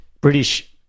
British